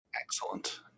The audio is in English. Excellent